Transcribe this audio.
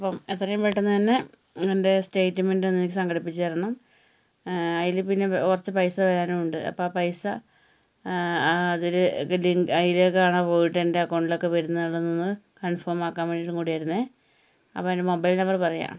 അപ്പം എത്രയും പെട്ടെന്ന് തന്നെ എൻ്റെ സ്റ്റേമെൻറ്റ് എനിക്ക് സംഘടിപ്പിച്ച് തരണം അതിൽ പിന്നെ കുറച്ച് പൈസ വരാനുണ്ട് അപ്പം ആ പൈസ അതിൽ ലിങ്ക് അതിലേക്കണ് പോയിട്ട് എൻ്റെ അക്കൗണ്ടിലൊക്കെ വരുന്നള്ളത് എന്ന് കൺഫോമാക്കാൻ വേണ്ടീട്ടും കൂടിയായിരുന്നു അപ്പം എൻ്റെ മൊബൈൽ നമ്പറ് പറയാം